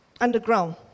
underground